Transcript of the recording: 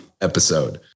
episode